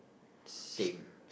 same